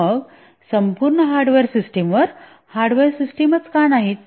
मग संपूर्ण हार्डवेअर सिस्टमवर हार्डवेअर सिस्टमच का नाहीत